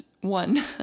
one